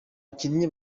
bakinnyi